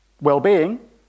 well-being